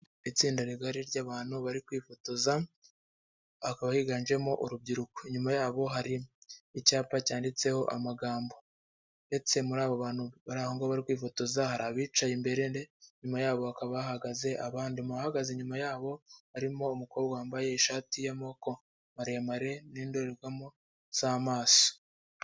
Itsinda rigari ry'abantu bari kwifotoza, hakaba higanjemo urubyiruko, Inyuma yabo hari icyapa cyanditseho amagambo, ndetse muri abo bantu bari kwifotoza hari abicaye imbere, ndetse inyuma yabo hakaba hahagaze abandi, inyuma yabo harimo umukobwa wambaye ishati y'amaboko maremare n'indorerwamo z'amaso.